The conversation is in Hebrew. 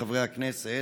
חברי הכנסת,